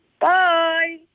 Bye